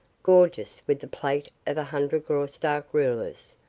gorgeous with the plate of a hundred graustark rulers,